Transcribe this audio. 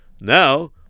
now